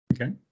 Okay